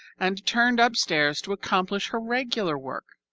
and turned upstairs to accomplish her regular work.